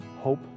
hope